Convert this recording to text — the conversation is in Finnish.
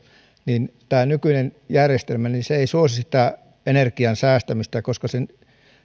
niin tämä nykyinen järjestelmä ei suosi sitä energian säästämistä koska